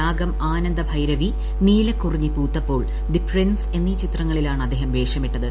രാഗം Aananda Bhairavi Neelakurinji Poothappol The Prince എന്നീ ചിത്രങ്ങളിലാണ് അദ്ദേഹം വേഷമിട്ടത്